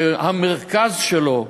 שהמרכז שלו,